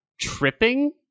tripping